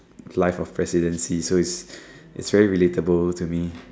life of presidency so it's very relate able to me